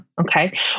Okay